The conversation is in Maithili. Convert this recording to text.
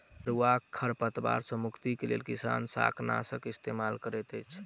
अनेरुआ खर पात सॅ मुक्तिक लेल किसान शाकनाशक इस्तेमाल करैत अछि